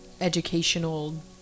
educational